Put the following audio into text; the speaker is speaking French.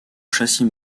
châssis